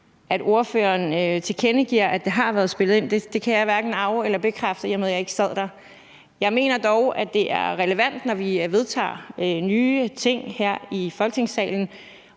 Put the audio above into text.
at ordføreren tilkendegiver, at det har været spillet ind; det kan jeg hverken af- eller bekræfte, i og med at jeg ikke sad der. Jeg mener dog, at det er relevant, at når vi vedtager nye ting her i Folketingssalen